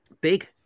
big